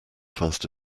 fast